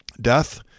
death